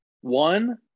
One